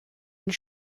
une